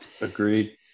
Agreed